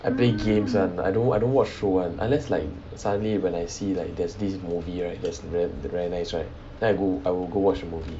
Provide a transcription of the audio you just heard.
I play games one I don't I don't watch show one unless like suddenly when I see like there's this movie right there's the very nice right then I go I will go watch the movie